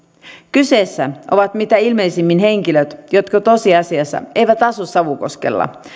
kyseessä ovat mitä ilmeisimmin henkilöt jotka tosiasiassa eivät asu savukoskella